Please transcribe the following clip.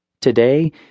Today